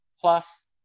Plus